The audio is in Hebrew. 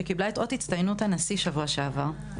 שקבלה את אות הצטיינות הנשיא בשבוע שעבר,